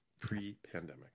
Pre-pandemic